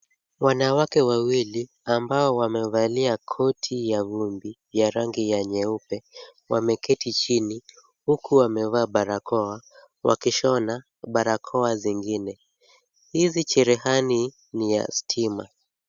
Wanawake wawili ambao wamevalia koti ya vumbi ya rangi ya nyeupe wameketi chini huku wamevaa barakoa wakishona barakoa zingine. Hizi cherehani ni ya stima.